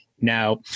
Now